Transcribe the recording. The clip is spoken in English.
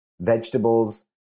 vegetables